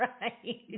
right